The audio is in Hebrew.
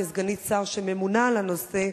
כסגנית שר שממונה על הנושא,